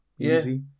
easy